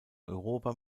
europa